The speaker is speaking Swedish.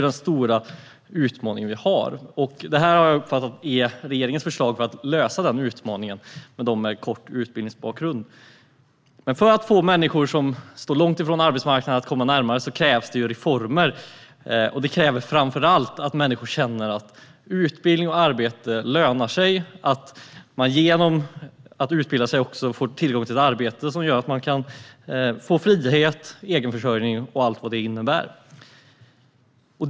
Jag har uppfattat att det här är regeringens förslag för att lösa utmaningen med dem med kort utbildningsbakgrund. Men för att få människor som står långt ifrån arbetsmarknaden att komma närmare krävs det reformer, och det krävs framför allt att människor känner att utbildning och arbete lönar sig, att man genom att utbilda sig också får tillgång till ett arbete som gör att man kan få frihet, egenförsörjning och allt vad det innebär.